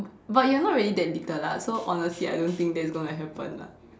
but you're not really that little lah so honestly I don't think that's gonna happen lah